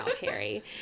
Harry